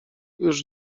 już